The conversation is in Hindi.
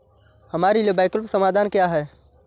हमारे लिए वैकल्पिक समाधान क्या है?